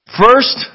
First